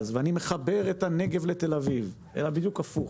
ואני מחבר את הנגב לתל-אביב אלא בדיוק הפוך.